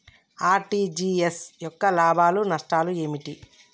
RTGS యొక్క లాభాలు నష్టాలు ఏమిటి?